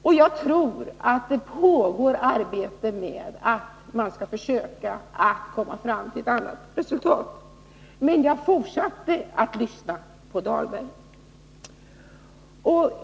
Och jag tror att det pågår arbete där man försöker komma fram till ett annat resultat. Jag fortsatte emellertid att lyssna på Rolf Dahlberg.